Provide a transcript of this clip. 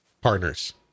partners